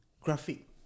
graphic